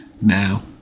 now